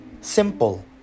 Simple